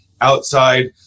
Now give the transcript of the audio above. outside